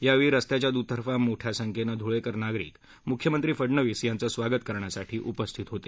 यावेळी स्स्त्याच्या दुतर्फा मोठ्या संख्येनं धुळेकर नागरिक मुख्यमंत्री फडणवीस यांचे स्वागत करण्यासाठी उपस्थित होते